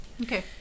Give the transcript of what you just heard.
Okay